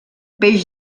peix